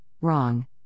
wrong